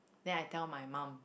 then I tell my mum